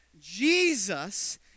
Jesus